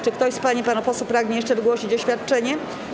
Czy ktoś z pań i panów posłów pragnie jeszcze wygłosić oświadczenie?